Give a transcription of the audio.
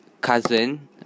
Cousin